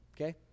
okay